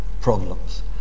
problems